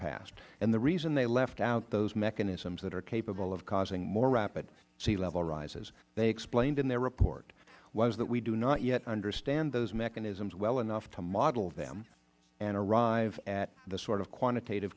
past and the reason they left out those mechanisms that are capable of causing more rapid sea level rises they explained in their report was that we do not yet understand those mechanisms well enough to model them and arrive at the sort of quantitative